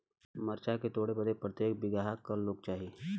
मरचा के तोड़ बदे प्रत्येक बिगहा क लोग चाहिए?